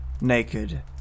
naked